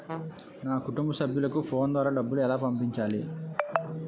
నా కుటుంబ సభ్యులకు ఫోన్ ద్వారా డబ్బులు ఎలా పంపించాలి?